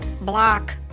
block